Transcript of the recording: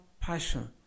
passion